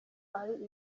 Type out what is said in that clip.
ari